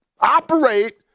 operate